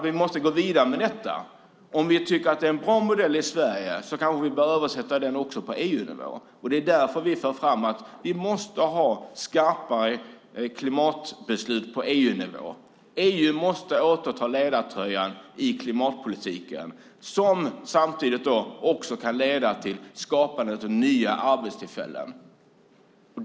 Vi måste gå vidare med detta. Om vi tycker att det är en bra modell i Sverige, kanske vi kan överföra den på EU-nivå. Det är därför vi för fram att vi måste ha skarpare klimatbeslut på EU-nivå. EU måste återta ledartröjan i klimatpolitiken som samtidigt kan leda till skapande av nya arbetstillfällen.